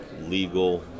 legal